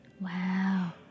Wow